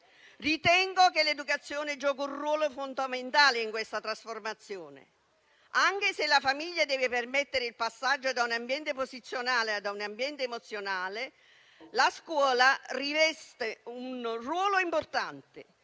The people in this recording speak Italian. Ritengo che l'educazione giochi un ruolo fondamentale in questa trasformazione. Anche se la famiglia deve permettere il passaggio da un ambiente posizionale ad un ambiente emozionale, la scuola riveste un ruolo importante.